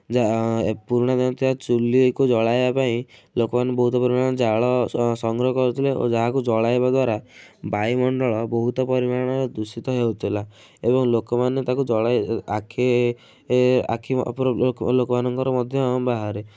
ଯା ଏ ପୁରୁଣା ଦିନରେ ଥିବା ଚୁଲିକୁ ଜଳାଇବା ପାଇଁ ଲୋକମାନେ ବହୁତ ପରିମାଣରେ ଜାଳ ସଂଗ୍ରହ କରୁଥୁଲେ ଓ ଯାହାକୁ ଜଳାଇବା ଦ୍ୱାରା ବାୟୁମଣ୍ଡଳ ବହୁତ ପରିମାଣରେ ଦୂଷିତ ହେଉଥିଲା ଏବଂ ଲୋକମାନେ ତାକୁ ଜଳାଇ ଆଖି ଆଖି ଉପର ଲୋକ ଲୋକମାନଙ୍କର ମଧ୍ୟ ବାହାରେ